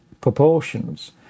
proportions